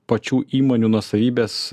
pačių įmonių nuosavybės